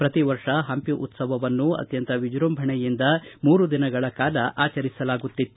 ಪ್ರತಿ ವರ್ಷ ಪಂಪಿ ಉತ್ಸವವನ್ನು ಅತ್ಯಂತ ವಿಜೃಂಭಣೆಯಿಂದ ಮೂರು ದಿನಗಳ ಕಾಲ ಆಚರಿಸಲಾಗುತ್ತಿತ್ತು